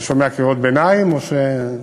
אני שומע קריאות ביניים או, ?